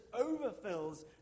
overfills